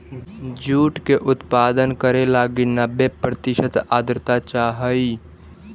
jute के उत्पादन करे लगी नब्बे प्रतिशत आर्द्रता चाहइ